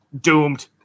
doomed